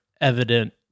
evident